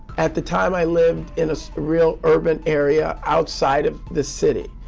at the time, i lived in a real urban area outside of the city,